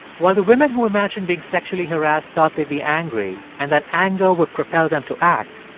while the women who imagined being sexually harassed thought they'd be angry and that anger would propel them to act,